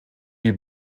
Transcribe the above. wie